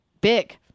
big